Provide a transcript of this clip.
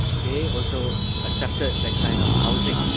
they also accepted the kind of housing.